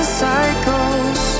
cycles